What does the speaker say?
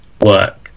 work